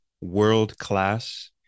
world-class